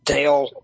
Dale